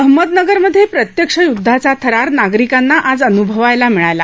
अहमदनगरमध्ये प्रत्यक्ष युदधाचा थरार नागरिकांना आज अनुभवायला मिळाला